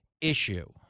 issue